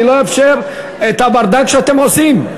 אני לא אאפשר את הברדק שאתם עושים.